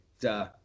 Duh